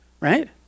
Right